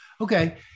Okay